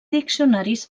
diccionaris